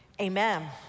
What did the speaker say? amen